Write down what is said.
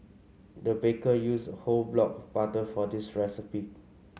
the baker used a whole block of butter for this recipe